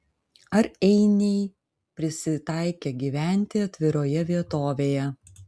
ar einiai prisitaikę gyventi atviroje vietovėje